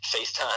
FaceTime